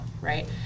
right